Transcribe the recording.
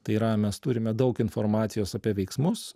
tai yra mes turime daug informacijos apie veiksmus